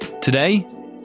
Today